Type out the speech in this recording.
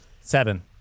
seven